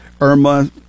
irma